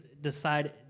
decide